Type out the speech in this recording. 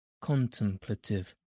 contemplative